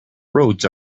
roads